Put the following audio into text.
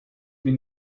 mir